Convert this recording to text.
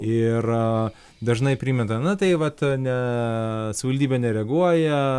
ir dažnai primeta na tai vat ne savivaldybė nereaguoja